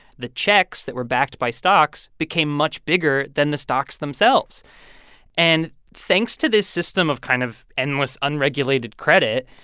the checks that were backed by stocks became much bigger than the stocks themselves and thanks to this system of kind of endless, unregulated credit,